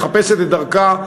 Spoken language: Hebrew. מחפשת את דרכה,